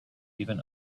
even